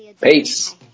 Peace